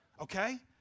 Okay